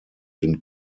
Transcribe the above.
den